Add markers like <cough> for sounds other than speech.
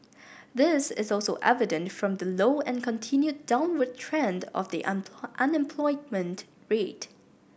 this is also evident from the low and continued downward trend of the <unintelligible> unemployment rate